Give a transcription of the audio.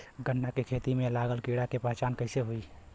गन्ना के खेती में लागल कीड़ा के पहचान कैसे होयी?